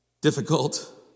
difficult